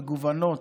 מגוונות,